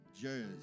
Jersey